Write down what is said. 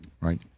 Right